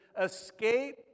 Escape